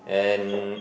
and